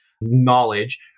knowledge